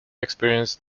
experience